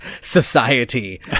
society